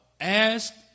ask